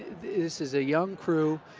this is a young crew,